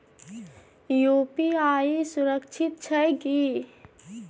UPI सुरक्षित छै की?